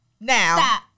Now